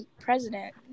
president